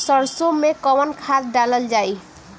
सरसो मैं कवन खाद डालल जाई?